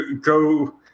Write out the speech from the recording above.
go –